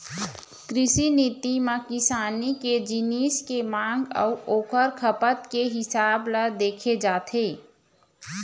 कृषि नीति म किसानी के जिनिस के मांग अउ ओखर खपत के हिसाब ल देखे जाथे